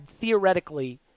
theoretically